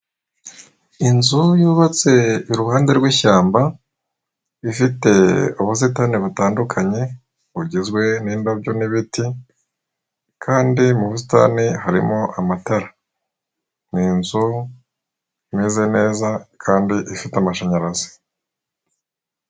Inzu yubatse iruhande r'ishyamba, ifite ubusitani butandukanye, bugizwe n'indabyo n'ibiti, kandi mu busitani harimo amatara. Ni inzu imezeze neza, kandi ifite amashanyarazi.